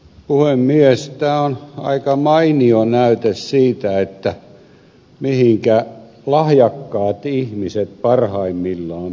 tämä on aika mainio näyte siitä mihinkä lahjakkaat ihmiset parhaimmillaan pystyvät